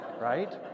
Right